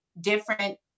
different